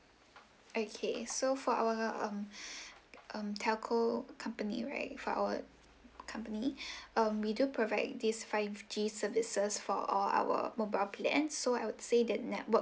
okay so for our um um telco company right for our company um we do provide this five G services for all our mobile plans so I would say that network